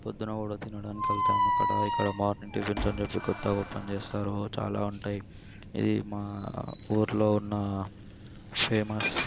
పొద్దున కూడా తినడానికి వెళ్తాం అక్కడ ఇక్కడ మార్నింగ్ టిఫిన్స్ అని చెప్పి కొత్తగా ఓపెన్ చేస్తారు చాలా ఉంటాయి ఇది మా ఊళ్ళో ఉన్న ఫేమస్